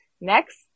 next